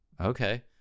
Okay